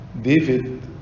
David